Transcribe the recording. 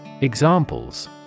Examples